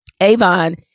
Avon